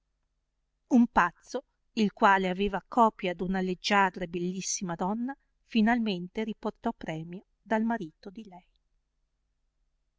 un pazzo il quale aveva coplv d una leggiadra e bellissima donna finalmente riportò premio dal marito di lei